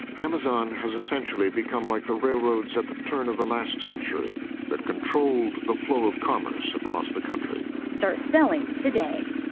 amazon has essentially become like the railroads at the turn of the last century that controlled the flow of commerce across the country. start selling today.